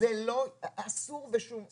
זה אסור בשום אופן.